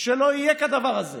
שלא יהיה כדבר הזה